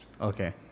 Okay